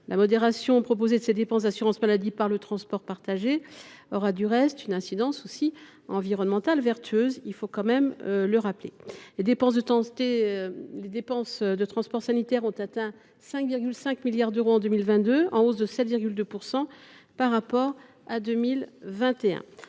La modération proposée de ces dépenses d’assurance maladie par le transport partagé aura, du reste, une incidence environnementale vertueuse, il faut le rappeler. Les dépenses de transport sanitaire ont atteint 5,5 milliards d’euros en 2022, en hausse de 7,2 % par rapport à 2021.